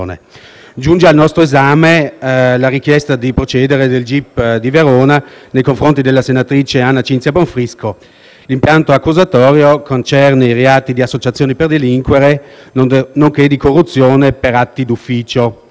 Giunge al nostro esame la richiesta di procedere del gip di Verona nei confronti della senatrice Anna Cinzia Bonfrisco. L'impianto accusatorio concerne i reati di associazione per delinquere, nonché di corruzione per atti d'ufficio.